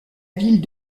ville